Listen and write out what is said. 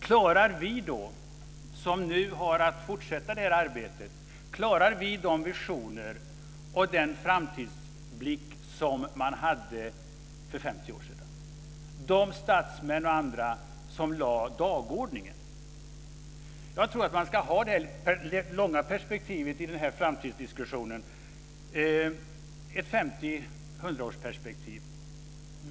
Klarar vi som nu har att fortsätta arbetet de visioner och den framtidsblick som fanns för 50 år sedan hos de statsmän och andra som satte dagordningen? Jag tror att man ska ha det långa perspektivet i framtidsdiskussionen - 50-100 år.